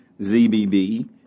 ZBB